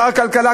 שר הכלכלה,